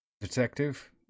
Detective